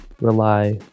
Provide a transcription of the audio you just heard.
Rely